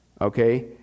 Okay